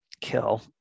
kill